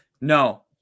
no